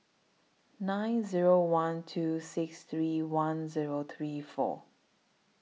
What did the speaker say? nine Zero one two six three one Zero three four